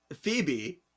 Phoebe